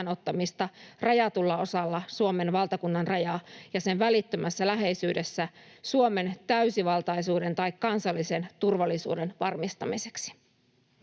rajatulla osalla Suomen valtakunnan rajaa ja sen välittömässä läheisyydessä Suomen täysivaltaisuuden tai kansallisen turvallisuuden varmistamiseksi.